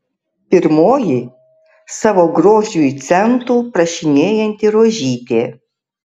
pirmoji savo grožiui centų prašinėjanti rožytė